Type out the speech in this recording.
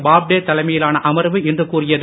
பாப்டே தலைமையிலான அமர்வு இன்று கூறியது